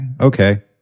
okay